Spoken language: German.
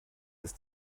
ist